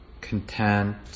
content